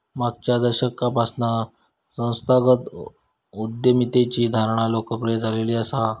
मागच्या दशकापासना संस्थागत उद्यमितेची धारणा लोकप्रिय झालेली हा